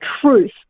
truth